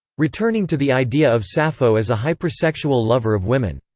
returning to the idea of sappho as a hypersexual lover of women.